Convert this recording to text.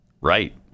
Right